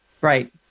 Right